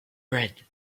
red